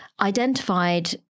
identified